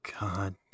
God